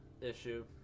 issue